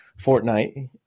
Fortnite